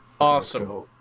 Awesome